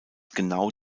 genau